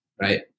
right